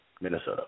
Minnesota